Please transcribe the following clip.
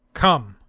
come,